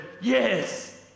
Yes